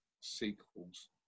sequels